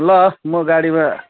ल म गाडीमा